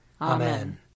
Amen